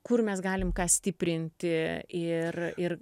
kur mes galime ką stiprinti ir ir